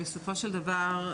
בסופו של דבר,